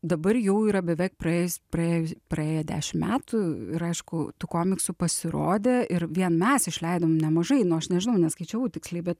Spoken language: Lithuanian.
dabar jau yra beveik praėjus praėju praėję dešim metų ir aišku tų komiksų pasirodė ir vien mes išleidom nemažai nu aš nežinau neskaičiavau tiksliai bet